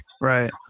right